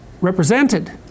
represented